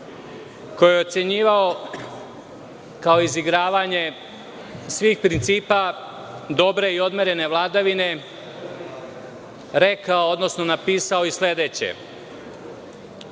koju je ocenjivao kao izigravanje svih principa dobre i odmerene vladavine, rekao, odnosno napisao i sledeće: